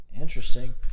Interesting